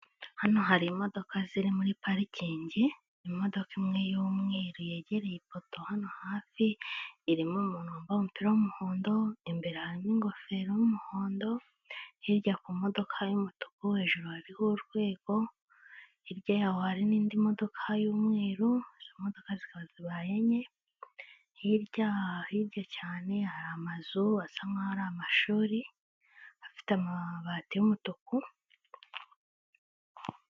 Hano hari imodoka ziri muri parikingi imodoka imwe y'umweru yegereye ipoto hano hafi irimo umuntu wambaye umupira w'umuhondo imbere harimo ingofero y'umuhondo hirya ku modoka y'umutuku hejuru hariho urwego hirya yaho hari n'indi modoka y'mweruzo izo modoka zikaba zibaye enye hirya hirya cyane hari amazu asa nk'aho ari amashuri afite amabati y'umutuku.